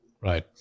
Right